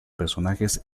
personajes